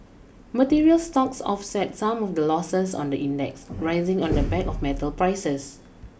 materials stocks offset some of the losses on the index rising on the back of metals prices